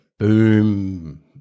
boom